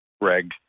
Greg